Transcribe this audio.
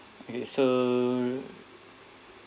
okay so